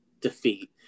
defeat